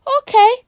okay